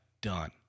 done